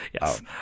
Yes